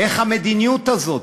איך מתנהלת המדיניות הזאת?